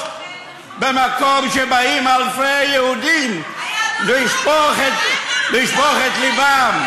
במקום שבאים אלפי יהודים לשפוך את לבם,